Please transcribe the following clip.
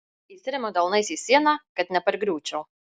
įsiremiu delnais į sieną kad nepargriūčiau